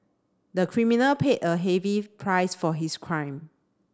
the criminal paid a heavy price for his crime